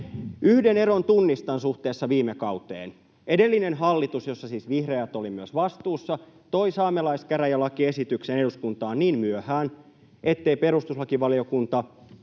Yhden eron tunnistan suhteessa viime kauteen. Edellinen hallitus, jossa siis myös vihreät olivat vastuussa, toi saamelaiskäräjälakiesityksen eduskuntaan niin myöhään, ettei perustuslakivaliokunta